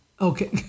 Okay